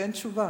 ואין תשובה.